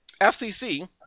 FCC